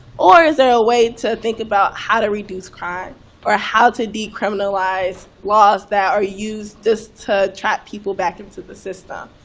or is there a way to think about how to reduce crime or how to decriminalize laws that are used just to trap people back into the system?